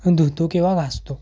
धुतो किंवा घासतो